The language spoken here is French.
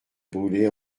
brûlé